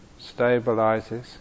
stabilizes